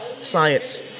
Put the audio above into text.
science